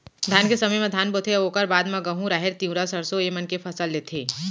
धान के समे म धान बोथें अउ ओकर बाद म गहूँ, राहेर, तिंवरा, सरसों ए मन के फसल लेथें